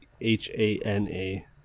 H-A-N-A